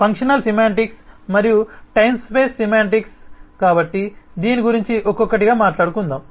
functional semantics మరియు time space semantics కాబట్టి దీని గురించి ఒక్కొక్కటిగా మాట్లాడుకుందాం